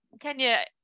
Kenya